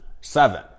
Seven